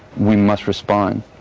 we must respond.